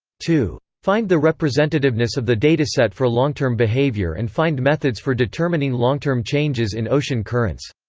two. find the representativeness of the dataset for long-term behavior and find methods for determining long-term changes in ocean currents.